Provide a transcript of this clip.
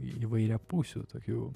įvairiapusių tokių